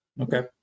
Okay